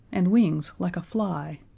and wings like a fly.